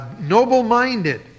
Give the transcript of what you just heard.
noble-minded